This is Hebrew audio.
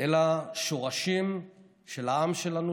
אלא שורשים של העם שלנו,